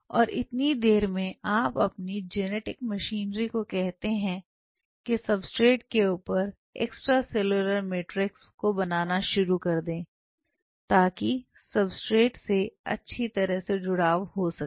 और इतनी देर में आप अपनी जेनेटिक मशीनरी को कहते हैं की सबस्ट्रेट के ऊपर एक्सट्रेसेल्यूलर मैट्रिक्स को बनाना शुरु कर दें ताकि सबस्ट्रेट से अच्छी तरह से जुड़ाव हो सके